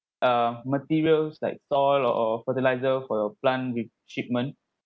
uh materials like soil or or fertiliser for your plant with shipment